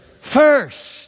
first